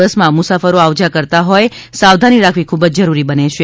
બસમાં મુસાફરો આવ જા કરતા હોય સાવધાની રાખવી ખૂબ જ જરૂરી બની રહે છે